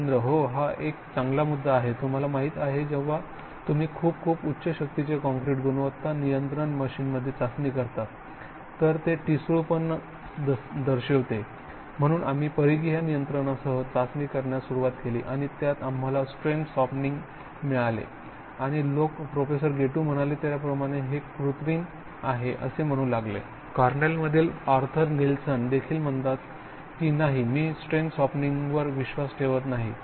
सुरेंद्र होय हा एक चांगला मुद्दा आहे तुम्हाला माहिती आहे जेव्हा तुम्ही खूप खूप उच्च शक्तीचे काँक्रीट गुणवत्ता नियंत्रण मशीनमध्ये चाचणी करता तर ते ठिसूळ पण दर्शवते म्हणून आम्ही परिघीय नियंत्रणासह चाचणी करण्यास सुरुवात केली आणि त्यात आम्हाला स्ट्रेन सॉफ्टनिंग मिळाले आणि लोक प्रोफेसर गेटू म्हणाले त्याप्रमाणे हे कृत्रिम आहे असे म्हणू लागले कॉर्नेलमधील आर्थर निल्सन देखील म्हणतात की नाही मी स्ट्रेन सॉफ्टनिंगवर विश्वास ठेवत नाही